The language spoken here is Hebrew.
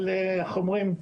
אבל איך אומרים,